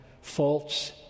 false